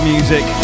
Music